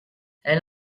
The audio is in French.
elle